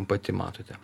pati matote